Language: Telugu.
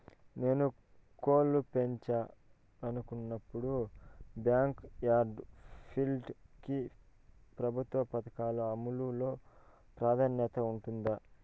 నేను కోళ్ళు పెంచాలనుకున్నపుడు, బ్యాంకు యార్డ్ పౌల్ట్రీ కి ప్రభుత్వ పథకాల అమలు లో ప్రాధాన్యత ఉంటుందా?